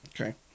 Okay